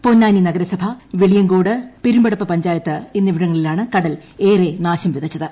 പൊന്നാനി നഗരസഭ വെളിയങ്കോട് പെരുമ്പടപ്പ് പഞ്ചായത്ത് എന്നിവിടങ്ങളിലാണ് കടൽ ഏറെ നാശംവിതച്ചത്